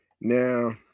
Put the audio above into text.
Now